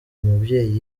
umubyeyi